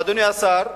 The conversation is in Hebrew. אדוני השר,